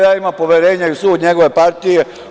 Ja imam poverenja i u sud njegove partije.